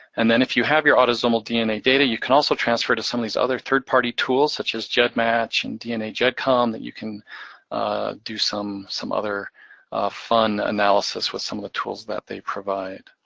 and then if you have your autosomal dna data, you can also transfer to some of these other third party tools such as gedmatch and dnagedcom, that you can do some some other fun analysis with some of the tools that they provide.